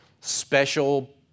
special